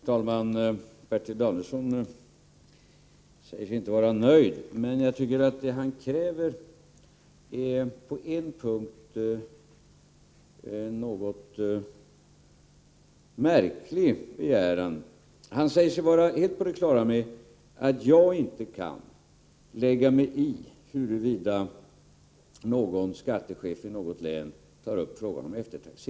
Herr talman! Bertil Danielsson säger sig inte vara nöjd, utan kräver mer. Men på en punkt har han en något märklig begäran. Han säger sig vara helt på det klara med att jag inte kan lägga mig i huruvida skattechefen i något län tar upp frågan om eftertaxering.